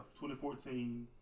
2014